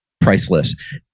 priceless